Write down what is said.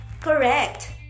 Correct